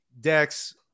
Dex